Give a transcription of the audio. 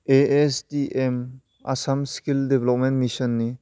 ASDM Assam skill development मिशननि